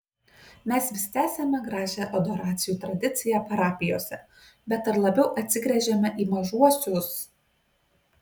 mes vis tęsiame gražią adoracijų tradiciją parapijose bet ar labiau atsigręžiame į mažuosius